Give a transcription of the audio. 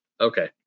okay